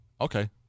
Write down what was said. Okay